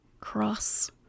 cross